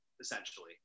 essentially